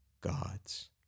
gods